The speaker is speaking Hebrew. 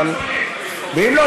ואם לא,